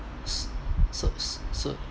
s~ so so